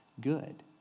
good